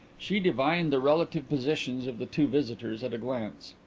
she divined the relative positions of the two visitors at a glance.